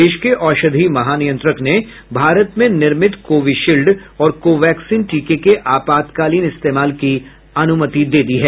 देश के औषधि महानियंत्रक ने भारत में निर्मित कोविशील्ड और कोवैक्सीन टीके के आपातकालीन इस्तेमाल की अनुमति दे दी है